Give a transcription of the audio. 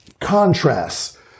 contrasts